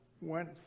went